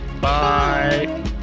Bye